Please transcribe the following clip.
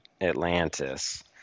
Atlantis